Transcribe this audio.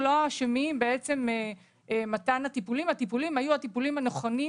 לא אשמה והטיפולים היו הטיפולים הנכונים,